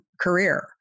career